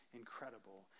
incredible